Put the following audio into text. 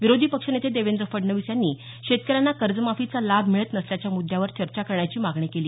विरोधी पक्षनेते देवेंद्र फडणवीस यांनी शेतकऱ्यांना कर्जमाफीचा लाभ मिळत नसल्याच्या मुद्यावर चर्चा करण्याची मागणी केली